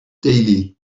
deulu